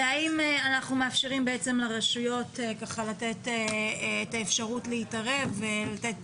זה אם אנחנו מאפשרים לרשויות את האפשרות להתערב ולתת